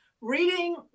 reading